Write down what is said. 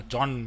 John